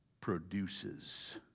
produces